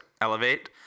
elevate